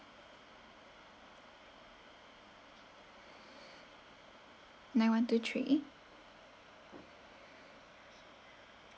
nine one two three